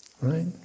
Right